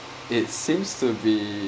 it seems to be